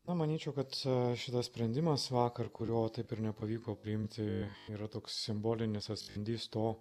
na manyčiau kad šitas sprendimas vakar kurio taip ir nepavyko priimti yra toks simbolinis atspindys to